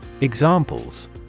Examples